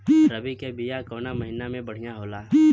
रबी के बिया कवना महीना मे बढ़ियां होला?